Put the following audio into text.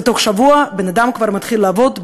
ותוך שבוע בן-אדם כבר מתחיל לעבוד,